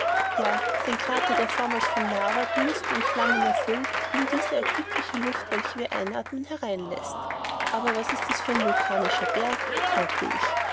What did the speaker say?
ja sein krater der vormals von lava dünsten und flammen erfüllt nun diese erquickende luft welche wir einathmen herein läßt aber was ist es für ein vulkanischer berg fragte ich